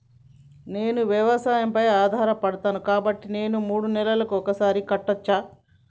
నేను వ్యవసాయం పై ఆధారపడతాను కాబట్టి నేను మూడు నెలలకు ఒక్కసారి కట్టచ్చా?